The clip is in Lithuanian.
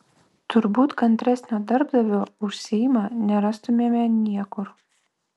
turbūt kantresnio darbdavio už seimą nerastumėme niekur